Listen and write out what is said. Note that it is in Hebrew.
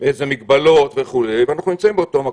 אילו מגבלות וכו', ואנחנו נמצאים באותו מקום.